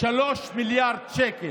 3 מיליארד שקל.